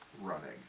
running